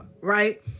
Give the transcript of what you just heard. Right